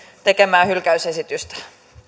tekemää hylkäysesitystä